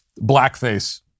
blackface